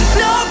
no